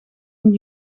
een